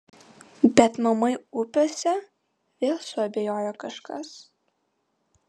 bet maumai upėse vėl suabejojo kažkas